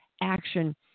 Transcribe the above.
action